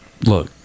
Look